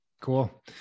cool